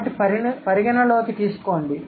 కాబట్టి పరిగణలోకి తీసుకోండి